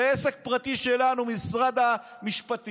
זה עסק פרטי שלנו, משרד המשפטים.